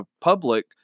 public